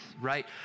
right